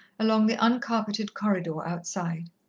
along the uncarpeted corridor outside.